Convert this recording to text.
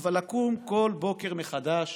אבל לקום כל בוקר מחדש